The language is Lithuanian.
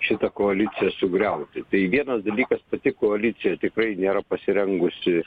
šitą koaliciją sugriauti tai vienas dalykas pati koalicija tikrai nėra pasirengusi